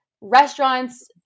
restaurants